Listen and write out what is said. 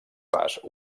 pas